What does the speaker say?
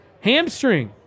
hamstring